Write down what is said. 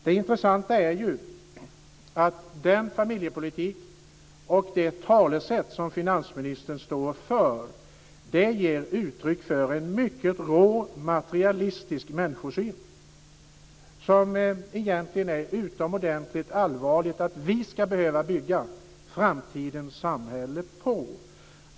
Det intressanta är ju att den familjepolitik och det talesätt som finansministern står för ger uttryck för en mycket rå materialistisk människosyn som det egentligen är utomordentligt allvarligt att vi ska behöva bygga framtidens samhälle på.